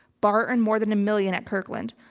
barr earned more than a million at kirkland.